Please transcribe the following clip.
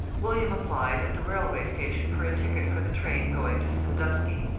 william applied at the railway station for a ticket for the train going to sandusky,